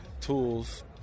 tools